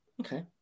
okay